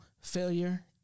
failure